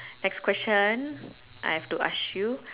next question I have to ask you